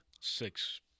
Six